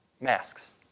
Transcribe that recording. masks